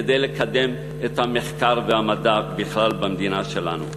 כדי לקדם את המחקר והמדע בכלל במדינה שלנו.